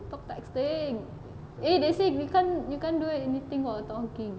stop texting eh they say you can't you can't do anything while talking